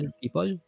people